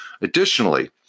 Additionally